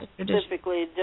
specifically